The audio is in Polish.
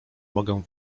mogę